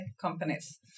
companies